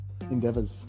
endeavors